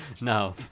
no